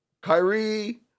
Kyrie